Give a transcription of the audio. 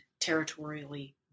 territorially